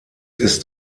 ist